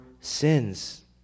sins